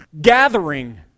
gathering